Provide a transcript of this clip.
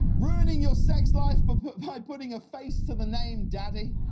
ruining your sex life but by putting a face to the name daddy